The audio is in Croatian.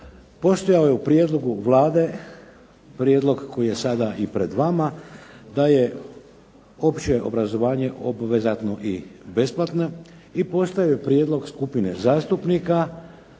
Postojao je u prijedlogu Vlade prijedlog koji je sada i pred vama da je opće obrazovanje obvezatno i besplatno i postoji prijedlog skupine zastupnika